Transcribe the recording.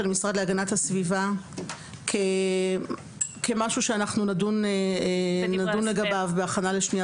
המשרד להגנת הסביבה כמשהו שאנחנו נדון לגביו בהכנה לשנייה